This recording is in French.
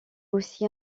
aussi